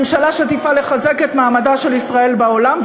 ממשלה שתפעל לחזק את מעמדה של ישראל בעולם,